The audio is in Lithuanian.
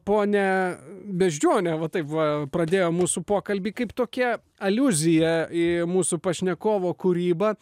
ponia beždžione va tai va pradėjom mūsų pokalbį kaip tokia aliuzija į mūsų pašnekovo kūrybą